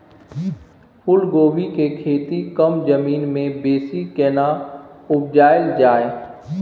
फूलकोबी के खेती कम जमीन मे बेसी केना उपजायल जाय?